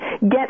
get